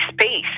space